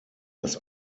dass